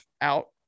out